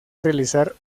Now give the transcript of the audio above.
realizar